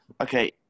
Okay